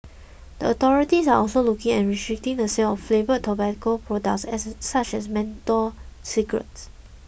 the authorities are also looking at restricting the sale flavoured tobacco products as such as menthol cigarettes